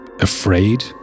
afraid